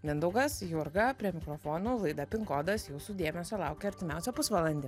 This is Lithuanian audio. mindaugas jurga prie mikrofonų laida pin kodas jūsų dėmesio laukia artimiausią pusvalandį